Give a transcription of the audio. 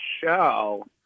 show